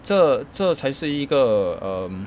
这这才是一个 um